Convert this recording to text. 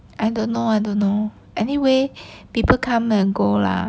I don't know I don't know anyway people come and go lah